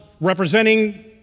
representing